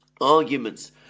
arguments